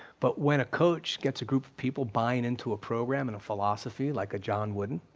but when a coach gets a group of people buying into a program and a philosophy like a john wooden,